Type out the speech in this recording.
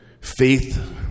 faith